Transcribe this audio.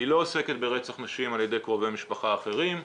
היא לא עוסקת ברצח נשים על ידי קרובי משפחה אחרים,